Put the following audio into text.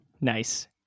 Nice